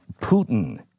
Putin